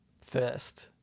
first